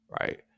Right